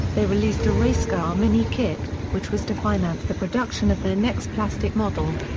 they released a racecar mini-kit, which was to finance the production of their next plastic model.